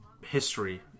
history